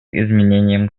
изменением